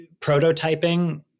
prototyping